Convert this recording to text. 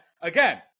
again